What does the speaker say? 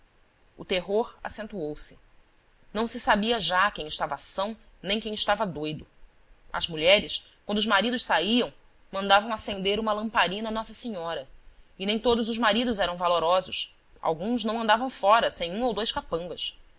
o terror acentuou se não se sabia já quem estava são nem quem estava doido as mulheres quando os maridos safam mandavam acender uma lamparina a nossa senhora e nem todos os maridos eram valorosos alguns não andavam fora sem um ou dois capangas